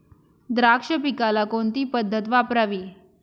द्राक्ष पिकाला कोणती पद्धत वापरावी?